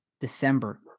December